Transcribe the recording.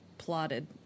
Plotted